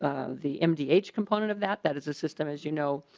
ah the him th component of that that is a system as you know.